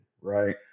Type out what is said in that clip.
right